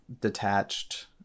detached